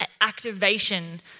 activation